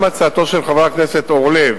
גם הצעתו של חבר הכנסת אורלב